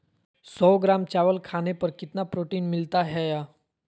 सौ ग्राम चावल खाने पर कितना प्रोटीन मिलना हैय?